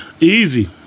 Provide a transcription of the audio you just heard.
Easy